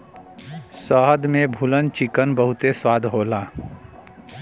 शहद में भुनल चिकन बहुते स्वाद होला